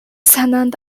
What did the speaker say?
санаанд